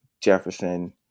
Jefferson